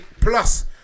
Plus